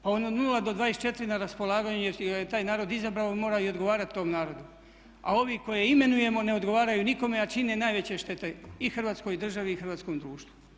Pa od nula do 24 na raspolaganju je jer ga je taj narod izabrao, on mora i odgovarati tom narodu a ovi koje imenujemo ne odgovaraju nikome a čine najveće štete i Hrvatskoj državi i hrvatskom društvu.